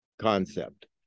concept